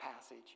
passage